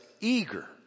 eager